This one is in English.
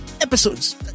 episodes